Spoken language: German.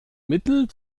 mittel